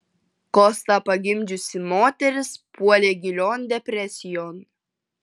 kostą pagimdžiusi moteris puolė gilion depresijon